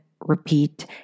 repeat